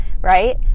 right